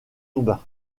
urbain